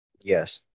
Yes